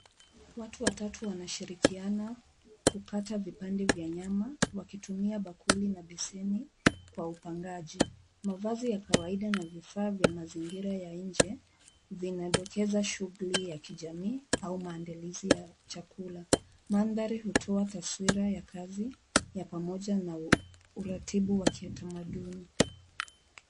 Watu watatu wanashirikiana kukata vipande vya nyama wakitumia bakuli na beseni kwa upangaji. Mavazi ya kawaida na vifaa vya mazingira ya nje vinadokeza shughuli ya kijamii au maandalizi ya chakula. Mandhari hutoa taswira ya kazi ya pamoja na uratibu wa kiutamaduni.